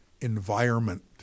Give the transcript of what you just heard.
environment